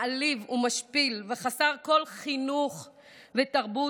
מעליב ומשפיל וחסר כל חינוך ותרבות,